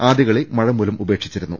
ആദൃകളി മഴമൂലം ഉപേക്ഷിച്ചി രുന്നു